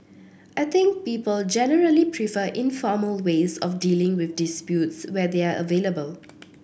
I think people generally prefer informal ways of dealing with disputes where they are available